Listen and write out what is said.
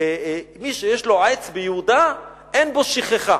שמי שיש לו עץ ביהודה, אין בו שכחה.